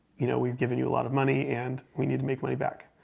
you know, we've given you a lot of money, and we need to make money back.